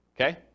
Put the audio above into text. Okay